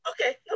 Okay